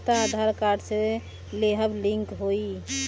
खाता आधार कार्ड से लेहम लिंक होई?